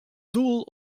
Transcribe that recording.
doel